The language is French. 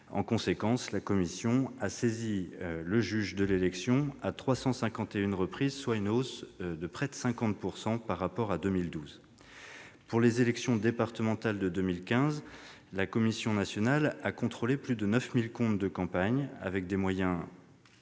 En conséquence, la commission nationale a saisi le juge de l'élection à 351 reprises, soit une hausse de près de 50 % par rapport à 2012. Pour les élections départementales de 2015, elle a contrôlé plus de 9 000 comptes de campagne, avec des moyens qui sont